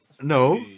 no